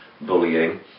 bullying